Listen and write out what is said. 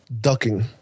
ducking